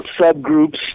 subgroups